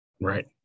right